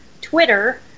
Twitter